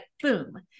boom